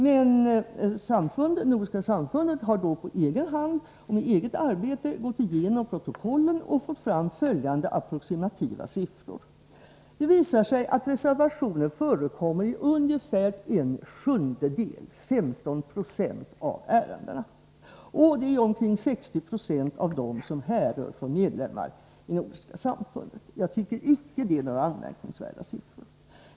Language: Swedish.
Men Nordiska samfundet har på egen hand och med eget arbete gått igenom protokollet, samt fått fram följande approximativa siffror. Det visar sig att reservationer förekommer i ungefär en sjundedel, 15 90, av ärendena, och av dessa är det omkring 60 96 som härrör från medlemmar i Nordiska samfundet. Jag tycker icke att det är några anmärkningsvärda siffror.